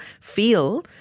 feel